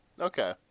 Okay